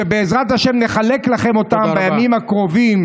ובעזרת השם נחלק לכם אותן בימים הקרובים